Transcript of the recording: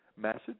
message